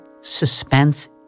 suspense